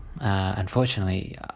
unfortunately